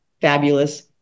fabulous